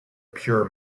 pure